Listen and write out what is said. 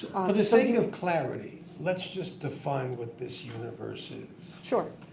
the sake of clarity, let's just define what this universe is. sure.